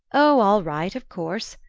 oh, all right of course,